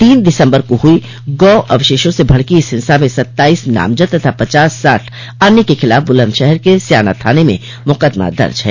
तीन दिसम्बर को हुई गौ अवशेषों से भड़की इस हिंसा में सत्ताईस नामदज तथा पचास साठ अन्य के खिलाफ बुलन्दशहर के स्याना थाने में मुकदमा दर्ज है